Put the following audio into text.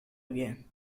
again